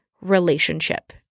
relationship